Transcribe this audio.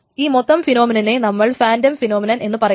ഈ മൊത്തം ഫിനോമിനനിനെ നമ്മൾ ഫാന്റം ഫിനൊമിനൻ എന്നു പറയുന്നു